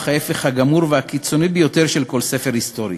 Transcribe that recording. ההפך הגמור והקיצוני ביותר מכל ספר היסטורי.